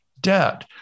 debt